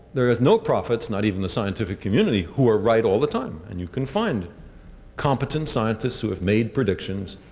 there are no prophets, not even the scientific community, who are right all the time. and you can find competent scientists who have made predictions,